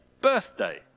birthday